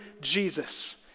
Jesus